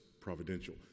providential